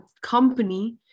company